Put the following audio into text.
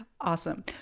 Awesome